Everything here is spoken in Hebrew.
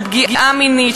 של פגיעה מינית,